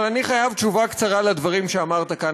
אבל אני חייב תשובה קצרה על הדברים שאמרת כאן,